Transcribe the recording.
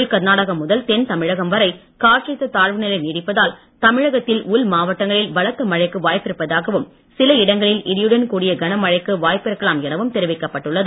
உள் கர்நாடகம் முதல் தென் தமிழகம் வரை காற்றழுத்த தாழ்வுநிலை நீடிப்பதால் தமிழகத்தில் உள் மாவட்டங்களில் பலத்த மழைக்கு வாய்ப்பிருப்பதாகவும் சில இடங்களில் இடியுடன் கூடிய கனமழை இருக்கலாம் எனவும் தெரிவிக்கப்பட்டுள்ளது